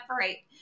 separate